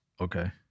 Okay